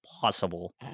possible